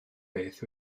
beth